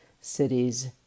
cities